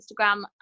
Instagram